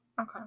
okay